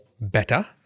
better